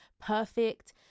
perfect